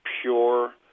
pure